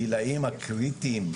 בגילאים הקריטיים,